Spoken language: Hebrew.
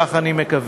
כך אני מקווה.